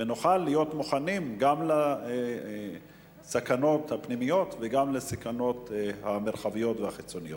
ונוכל להיות מוכנים גם לסכנות הפנימיות וגם לסכנות המרחביות והחיצוניות.